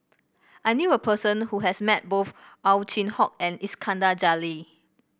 I knew a person who has met both Ow Chin Hock and Iskandar Jalil